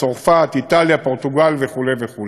צרפת, איטליה פורטוגל וכו' וכו'.